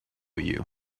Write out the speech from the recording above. you